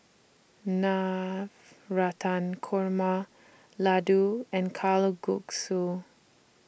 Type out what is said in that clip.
Navratan Korma Ladoo and Kalguksu